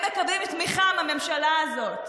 הם מקבלים תמיכה מהממשלה הזאת,